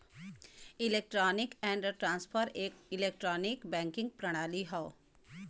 electronic fund transfer एक electronic banking प्रणाली हौ